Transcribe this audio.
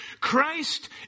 Christ